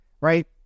Right